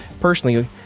personally